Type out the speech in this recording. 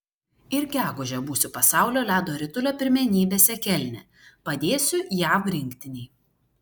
ir gegužę būsiu pasaulio ledo ritulio pirmenybėse kelne padėsiu jav rinktinei